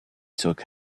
took